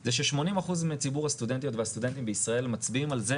זה ש-80% מציבור הסטודנטיות והסטודנטים בישראל מצביעים על זה